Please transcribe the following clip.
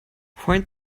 find